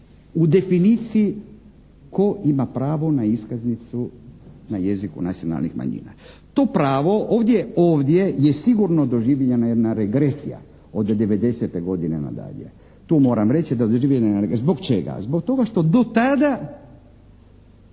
u definiciji tko ima pravo na iskaznicu na jeziku nacionalnih manjina. To pravo, ovdje je sigurno doživljena jedna regresija od '90. godine nadalje. Tu moram reći da je doživljena regresija, zbog čega? Zbog toga što do tada